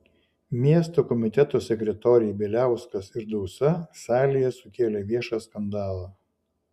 miesto komiteto sekretoriai bieliauskas ir dausa salėje sukėlė viešą skandalą